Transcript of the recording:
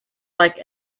like